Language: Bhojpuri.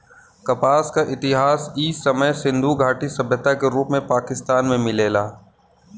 कपास क इतिहास इ समय सिंधु घाटी सभ्यता के रूप में पाकिस्तान में मिलेला